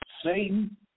Satan